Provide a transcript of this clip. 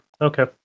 Okay